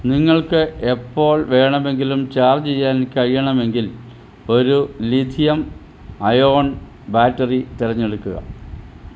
നിങ്ങൾക്ക് എപ്പോൾ വേണമെങ്കിലും ചാർജ് ചെയ്യാൻ കഴിയണമെങ്കിൽ ഒരു ലിഥിയം അയോൺ ബാറ്ററി തിരഞ്ഞെടുക്കുക